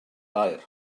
aur